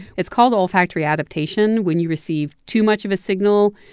it's called olfactory adaptation. when you receive too much of a signal,